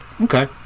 Okay